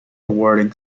awarding